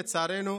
לצערנו,